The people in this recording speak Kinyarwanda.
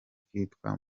kitwa